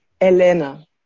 Elena